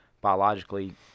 biologically